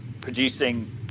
producing